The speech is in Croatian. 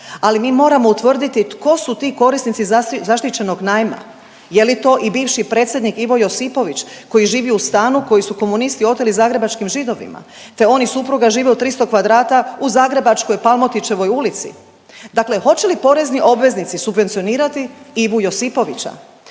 ali mi moramo utvrditi tko su ti korisnici zaštićenog najma. Je li to i bivši predsjednik Ivo Josipović koji živi u stanu koji su komunisti oteli zagrebačkim Židovima te on i supruga žive u 300 kvadrata u zagrebačkoj Palmotićevoj ulici. Dakle, hoće li porezni obveznici subvencionirati Ivu Josipovića?